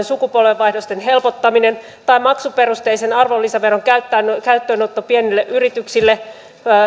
sukupolvenvaihdosten helpottaminen tai maksuperusteisen arvonlisäveron käyttöönotto pienille yrityksille